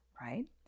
right